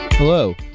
Hello